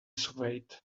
swayed